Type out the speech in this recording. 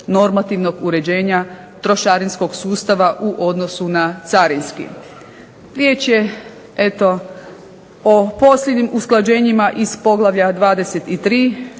normativnog uređenja trošarinskog sustava u odnosu na carinski. Riječ je eto o posljednjim usklađenjima iz poglavlja 23.